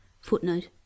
Footnote